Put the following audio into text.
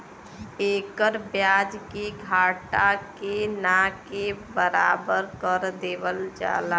एकर ब्याज के घटा के ना के बराबर कर देवल जाला